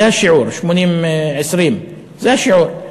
זה השיעור, 20%:80%, זה השיעור.